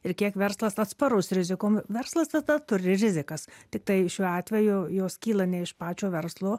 ir kiek verslas atsparus rizikom verslas visata turi rizikas tiktai šiuo atveju jos kyla ne iš pačio verslo